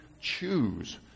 choose